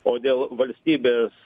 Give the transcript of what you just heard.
o dėl valstybės